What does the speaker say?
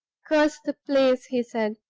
curse the place! he said,